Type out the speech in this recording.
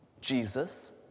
Jesus